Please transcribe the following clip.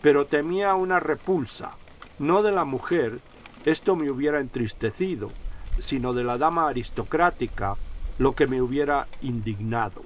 pero temía una repulsa no de la mujer esto me hubiera entristecido sino de la dama aristocrática lo que m hubiera indignado